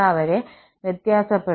വരെ വ്യത്യാസപ്പെടുന്നു